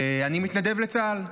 אני מתנדב לצה"ל.